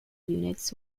units